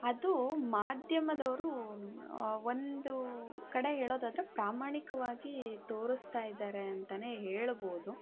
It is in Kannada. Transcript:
ಅದು ಮಾಧ್ಯಮದವ್ರು ಒಂದು ಕಡೆ ಹೇಳೋದಾದರೆ ಪ್ರಾಮಾಣಿಕವಾಗಿ ತೋರಿಸ್ತಾ ಇದ್ದಾರೆ ಅಂತಲೇ ಹೇಳ್ಬೋದು